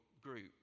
group